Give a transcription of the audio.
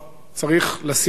צריך לשים לב